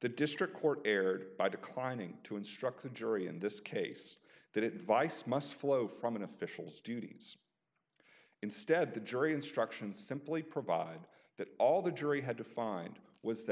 the district court erred by declining to instruct the jury in this case that it vice must flow from an official's duties instead the jury instructions simply provide that all the jury had to find was that